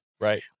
Right